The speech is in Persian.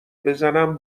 بزنم